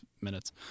minutes